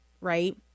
right